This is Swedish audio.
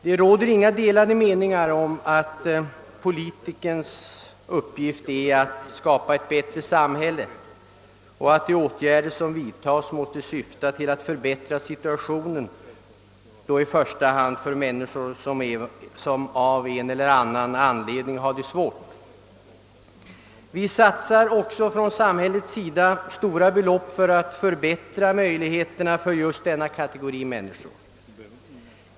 Det råder inga delade meningar om att politikerns uppgift är att skapa ett bättre samhälle och att de åtgärder som vidtas måste syfta till att förbättra situationen, i första hand för människor som av en eller annan anledning har det svårt. Samhället satsar också stora belopp för att förbättra förhållandena för just denna kategori av människor.